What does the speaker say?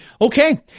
Okay